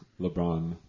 LeBron